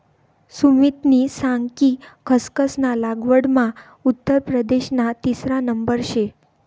सुमितनी सांग कि खसखस ना लागवडमा उत्तर प्रदेशना तिसरा नंबर शे